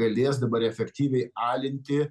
galės dabar efektyviai alinti